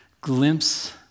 glimpse